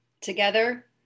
Together